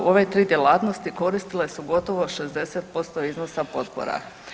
Ove 3 djelatnosti koristile su gotovo 60% iznosa potpora.